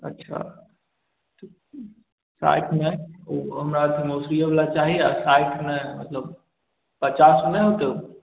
अच्छा साठि मे ओ हमरा मसुरिओ बला चाही आ साठि मे मतलब पचास नहि होयतै